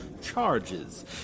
charges